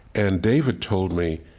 and david told me,